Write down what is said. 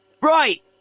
Right